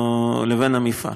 לבין המפעל.